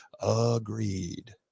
Agreed